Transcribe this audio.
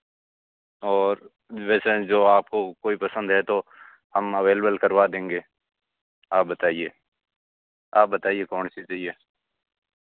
और वैसे जो आपको कोई पसंद है तो हम अवेलबल करवा देंगे आप बताईए आप बताईए कौन सी चाहिए